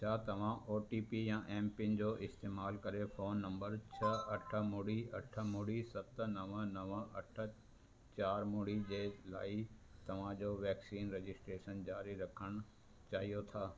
छा तव्हां O T P या एमपिन जो इस्तेमाल करे फोन नंबर छह अठ ॿुड़ी अठ ॿुड़ी त नव नव अठ चारि ॿुड़ी जे लाइ तव्हां जो वैक्सीन रजिस्ट्रेशन जारी रखणु चाहियो था